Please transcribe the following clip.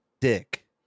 dick